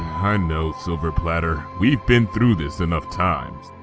i know silver platter. we've been through this enough times.